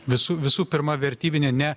visų visų pirma vertybinė ne